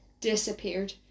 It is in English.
Disappeared